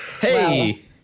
hey